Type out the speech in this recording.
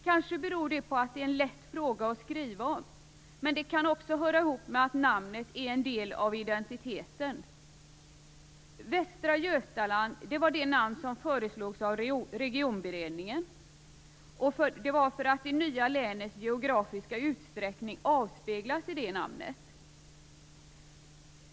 Kanske beror det på att det är en lätt fråga att skriva om. Men det kan också höra ihop med att namnet är en del av identiteten. Västra Götaland var det namn som föreslogs av regionberedningen. Det var för att det nya länets geografiska utsträckning avspeglas i det namnet.